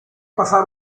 pasar